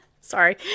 Sorry